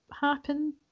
happen